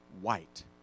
white